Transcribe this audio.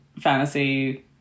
fantasy